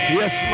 yes